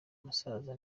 musaza